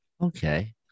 Okay